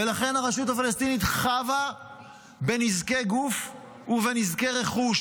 ולכן הרשות הפלסטינית חבה בנזקי גוף ובנזקי רכוש